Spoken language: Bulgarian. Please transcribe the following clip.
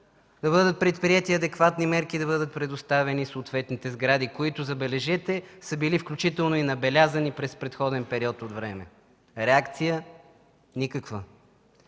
да бъдат предприети адекватни мерки и да бъдат предоставени съответните сгради, които, забележете, са били включително и набелязани през предходен период от време. Реакция – никаква!